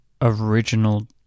original